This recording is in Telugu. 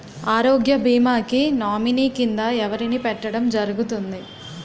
ఆరోగ్య భీమా కి నామినీ కిందా ఎవరిని పెట్టడం జరుగతుంది?